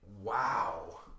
Wow